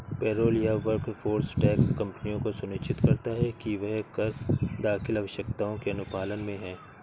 payroll या workforce tax कंपनियों को सुनिश्चित करता है कि वह कर दाखिल आवश्यकताओं के अनुपालन में है